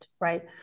right